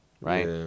Right